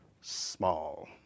small